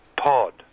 Pod